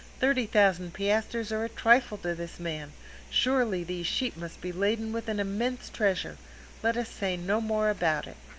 thirty thousand piastres are a trifle to this man surely these sheep must be laden with an immense treasure let us say no more about it.